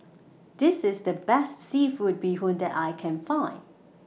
This IS The Best Seafood Bee Hoon that I Can Find